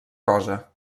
cosa